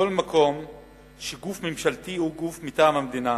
כל מקום שגוף ממשלתי או גוף מטעם המדינה